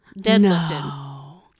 deadlifted